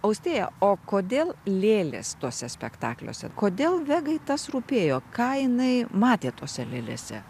austėja o kodėl lėlės tuose spektakliuose kodėl vegai tas rūpėjo ką jinai matė tose lėlėse